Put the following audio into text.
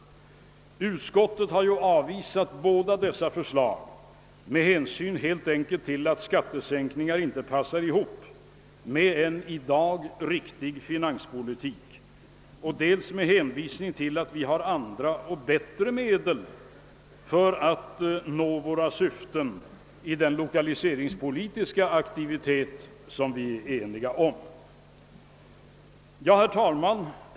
Under utskottsbehandlingen har ju också dessa förslag avvisats med hänsyn helt enkelt till att skattesänkningar inte passar ihop med en i dag riktig finanspolitik, och det framhålles att vi har andra och bättre medel för att nå våra syften i den lokaliseringspolitiska aktivitet som vi är eniga om. Herr talman!